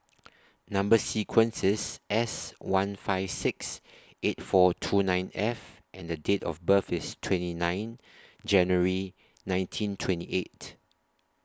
Number sequence IS S one five six eight four two nine F and The Date of birth IS twenty nine January nineteen twenty eight